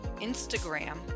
Instagram